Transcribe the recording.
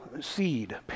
seed